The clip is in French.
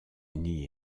unis